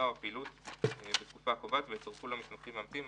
או הפעילות בתקופה הקובעת ויצורפו לה מסמכים מאמתים.